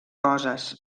coses